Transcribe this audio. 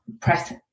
press